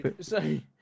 say